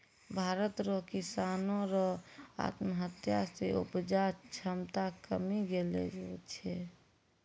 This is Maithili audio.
भारत रो किसानो रो आत्महत्या से उपजा क्षमता कमी गेलो छै